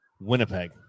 Winnipeg